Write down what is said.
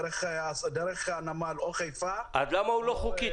דרך הנמל או חיפה --- אז למה הוא לא חוקי?